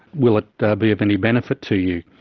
will it be of any benefit to you?